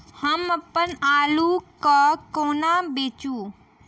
हम अप्पन आलु केँ कोना बेचू?